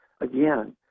again